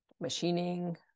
machining